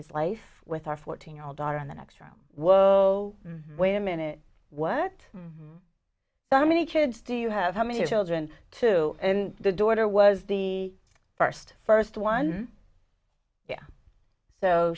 his life with our fourteen year old daughter in the next room whoa wait a minute what so many kids do you have how many children too and the daughter was the first first one